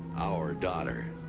our daughter?